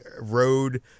Road